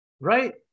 Right